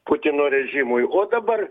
putino režimui o dabar